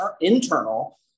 internal